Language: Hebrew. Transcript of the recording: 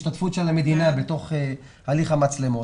השתתפות המדינה בהליך המצלמות,